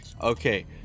Okay